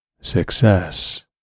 success